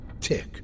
Tick